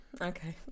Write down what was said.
Okay